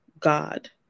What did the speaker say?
God